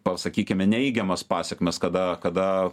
pasakykime neigiamas pasekmes kada kada